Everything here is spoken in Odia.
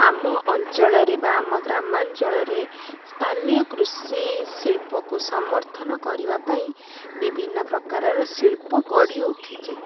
ଆମ ଅଞ୍ଚଳରେ ବା ଆମ ଗ୍ରାମାଞ୍ଚଳରେ ସ୍ଥାନୀୟ କୃଷି ଶିଳ୍ପକୁ ସମର୍ଥନ କରିବା ପାଇଁ ବିଭିନ୍ନ ପ୍ରକାର ଶିଳ୍ପ ଗଢ଼ି ଉଠିଛି